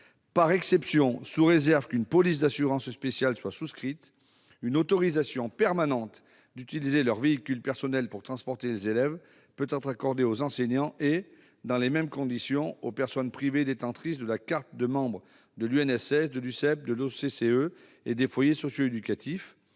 Par exception, sous réserve qu'une police d'assurance spéciale soit souscrite, une autorisation permanente d'utiliser leur véhicule personnel pour transporter les élèves peut être accordée aux enseignants et, dans les mêmes conditions, aux personnes privées détentrices de la carte de membre de l'Union nationale du sport scolaire,